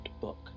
book